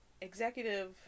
executive